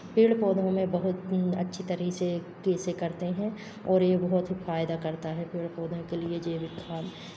पेड़ पौधों में बहुत अच्छी तरह से के से करते हैं ओर ये बहुत ही फायदा करता है पेड़ पौधों के लिए जैविक खाद